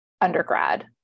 undergrad